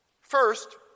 First